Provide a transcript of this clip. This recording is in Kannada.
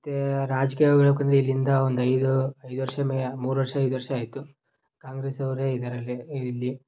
ಮತ್ತು ರಾಜಕೀಯ ಹೇಳ್ಬಕಂದ್ರೆ ಇಲ್ಲಿಂದ ಒಂದೈದು ಐದು ವರ್ಷ ಮೇ ಮೂರು ವರ್ಷ ಐದು ವರ್ಷ ಆಯಿತು ಕಾಂಗ್ರೆಸ್ಸವರೇ ಇದಾರೆ ಇಲ್ಲೇ ಇಲ್ಲಿ